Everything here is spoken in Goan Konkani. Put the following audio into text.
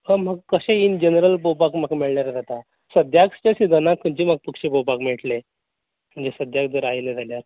होय म्हाका कशें इन जनरल पोवपाक म्हाका मेळ्ळ्यार जाता सद्याक ते सिजनाक खंयचे पक्षी पोवपाक मेळटले म्हणजे सद्याक जर आयलें जाल्यार